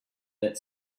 that